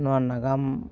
ᱱᱚᱣᱟ ᱱᱟᱜᱟᱢ